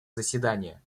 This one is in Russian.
заседания